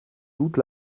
doute